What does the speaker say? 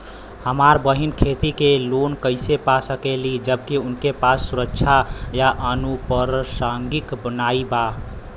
हमार बहिन खेती के लोन कईसे पा सकेली जबकि उनके पास सुरक्षा या अनुपरसांगिक नाई बा?